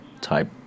type